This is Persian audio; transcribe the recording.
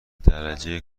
درجه